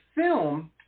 film